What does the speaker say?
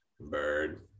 bird